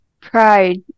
Pride